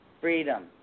Freedom